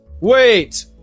Wait